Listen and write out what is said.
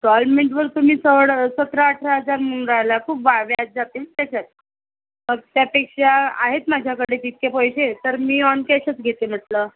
स्टॉलमेन्टवर तुम्ही सोळा सतरा अठरा हजार म्हणून राहिला खूप बा व्याज जाते ना त्याच्यात मग त्यापेक्षा आहेत माझ्याकडे तितके पैसे तर मी ऑन कॅशच घेते म्हटलं